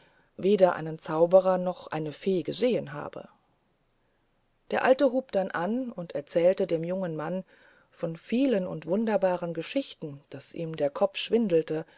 weder einen zauberer noch eine fee gesehen habe der alte hub dann an und erzählte dem jungen mann so viele und wunderbare geschichten daß ihm der kopf schwindelte